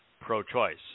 pro-choice